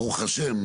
ברוך השם,